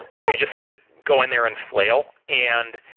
you and just sort of go in there and flail and